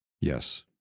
Yes